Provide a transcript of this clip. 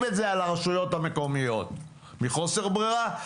את זה על הרשויות המקומיות מחוסר ברירה.